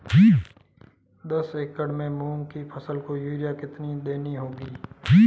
दस एकड़ में मूंग की फसल को यूरिया कितनी देनी होगी?